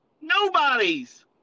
Nobody's